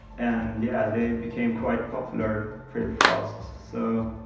and yeah, they became quite popular pretty fast. so,